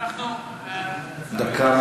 דקה